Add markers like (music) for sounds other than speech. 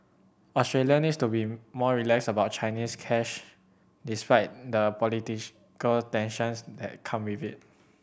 Australia needs to be more relaxed about Chinese cash despite the (unintelligible) tensions that come with it